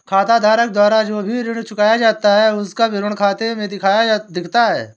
खाताधारक द्वारा जो भी ऋण चुकाया जाता है उसका विवरण खाते में दिखता है